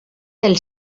del